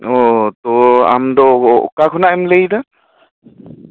ᱚᱻ ᱛᱚ ᱟᱢᱫᱚ ᱚᱠᱟ ᱠᱷᱚᱱᱟ ᱮᱢ ᱞᱟᱹᱭᱮᱫᱟ